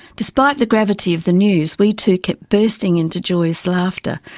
despite the gravity of the news we two kept bursting into joyous laughter.